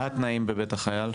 מה התנאים בבית החייל?